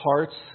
hearts